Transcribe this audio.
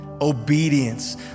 Obedience